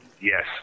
Yes